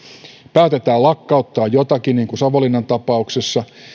päätetään lakkauttaa jotakin niin kuin savonlinnan tapauksessa